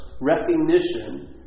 Recognition